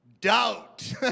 Doubt